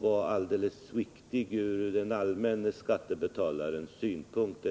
var alldeles riktig ur skattebetalarnas synpunkt.